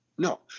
No